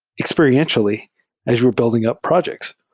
experientially as you're building up projects.